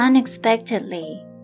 Unexpectedly